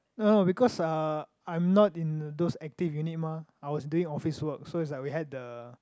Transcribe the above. no because uh I'm not in those active unit mah I was doing office work so it's like we had the